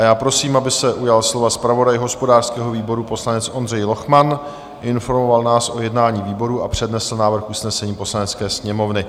Já prosím, aby se ujal slova zpravodaj hospodářského výboru, poslanec Ondřej Lochman, informoval nás o jednání výboru a přednesl návrh usnesení Poslanecké sněmovny.